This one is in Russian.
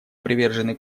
привержены